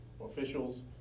officials